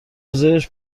زیرش